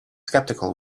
skeptical